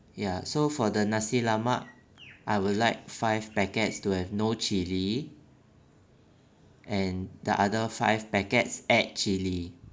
ya so for the nasi lemak I would like five packets to have no chili and the other five packets add add chili